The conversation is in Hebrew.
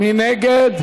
מי נגד?